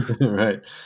Right